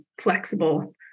flexible